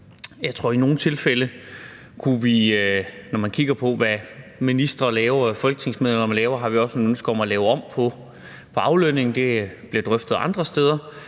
at vi i nogle tilfælde, når man kigger på, hvad ministrene laver, og hvad folketingsmedlemmer laver, også har nogle ønsker om at lave om på aflønningen. Det bliver drøftet andre steder.